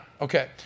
Okay